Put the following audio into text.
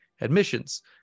admissions